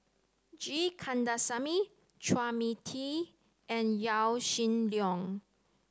G Kandasamy Chua Mia Tee and Yaw Shin Leong